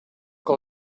que